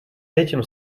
этим